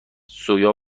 سویا